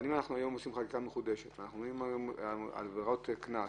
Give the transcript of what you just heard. אם אנחנו היום מדברים על עבירות קנס,